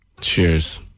Cheers